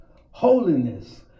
holiness